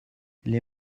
les